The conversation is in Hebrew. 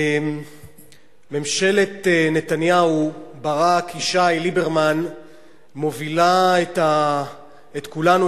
ממשלת נתניהו-ברק-ישי-ליברמן מובילה את כולנו,